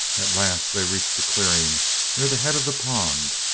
at last they reached a clearing near the head of the pond,